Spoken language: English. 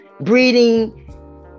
Breeding